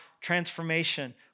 transformation